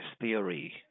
Theory